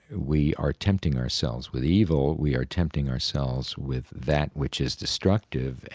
we are tempting ourselves with evil, we are tempting ourselves with that which is destructive, and